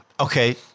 Okay